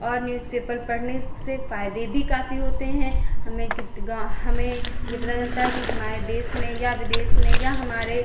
और न्यूज़पेपर पढ़ने से फ़ायदे भी काफ़ी होते हैं हमें कित गाँव हमें ये पता चलता है कि हमारे देश में या विदेश में या हमारे